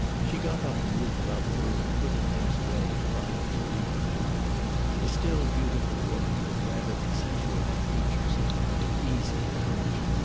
she got up and moved about the room, putting things away and finding relief in movement, a still beautiful woman, with rather accentuated features and an easy carriage.